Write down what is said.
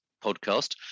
podcast